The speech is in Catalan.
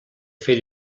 fer